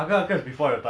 kaakha kha